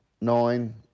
nine